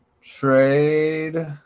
Trade